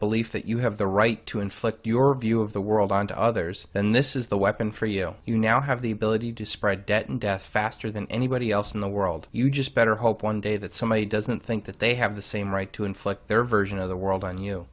belief that you have the right to inflict your view of the world on to others then this is the weapon for you you now have the ability to spread death and death faster than anybody else in the world you just better hope one day that somebody doesn't think that they have the same right to inflict their version of the world on you